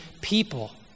people